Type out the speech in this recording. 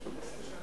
זה היה הסכם